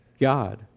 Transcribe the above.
God